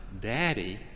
daddy